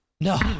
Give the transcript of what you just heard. No